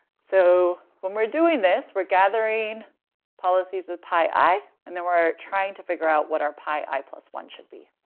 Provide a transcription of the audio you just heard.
so when we're doing this we're gathering policies with pi i and then we're trying to figure out what our pi i one should be.